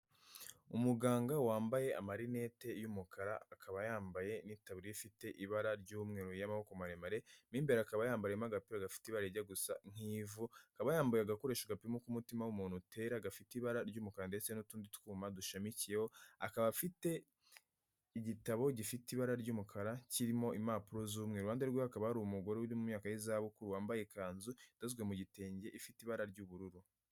Umuganga wambaye amarinete y'umukara akaba yambaye n'itaburiya ifite ibara ry'umweru y'amaboko maremare, mo imbere akaba yambayemo agapira gafite rijya gusa nk'ivu, akaba yambaye agakoresho gapima uko umutima w'umuntu utera, gafite ibara ry'umukara ndetse n'utundi twuma dushamikiyeho ,akaba afite igitabo gifite ibara ry'umukara kirimo impapuro z'umweru. Iruhande rwe akaba hari umugore uri muyaka y'izabukuru wambaye ikanzu yadozwe mu gitenge ifite ibara ry'ubururu.